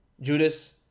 Judas